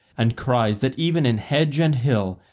and cries that even in hedge and hill,